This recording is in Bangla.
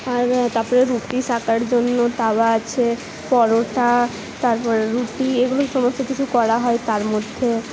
আর তারপরে রুটি সেঁকার জন্য তাওয়া আছে পরোটা তারপর রুটি এগুলো সমস্ত কিছু করা হয় তার মধ্যে